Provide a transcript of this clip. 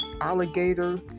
Alligator